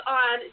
on